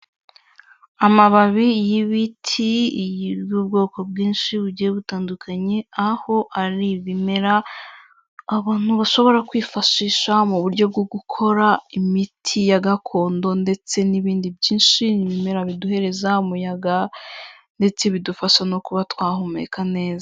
Amababi y'ibiti y'ubwoko bwinshi bugiye butandukanye aho ari ibimera abantu bashobora kwifashisha mu buryo bwo gukora imiti ya gakondo ndetse n'ibindi byinshi, ni ibimera biduhereza umuyaga ndetse bidufasha no kuba twahumeka neza.